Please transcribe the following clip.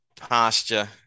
Pasture